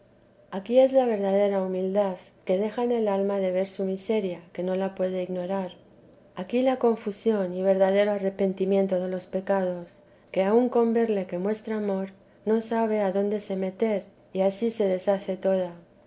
aquí es la verdadera humildad que deja en el alma de ver su miseria que no la puede ignorar aquí la confusión y verdadero arrepentimiento de los pecados que aun con verle que muestra amor no sabe adonde se meter y ansí se deshace toda